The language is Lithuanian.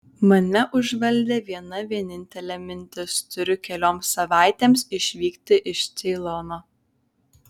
mane užvaldė viena vienintelė mintis turiu kelioms savaitėms išvykti iš ceilono